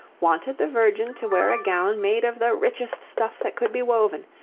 wanted the virgin to wear a gown made of the richest stuff that could be woven,